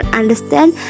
understand